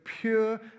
pure